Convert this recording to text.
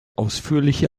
ausführliche